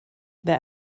wer